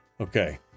okay